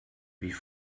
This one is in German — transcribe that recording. wie